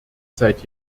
seit